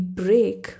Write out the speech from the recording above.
break